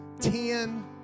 ten